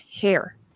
hair